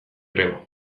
greba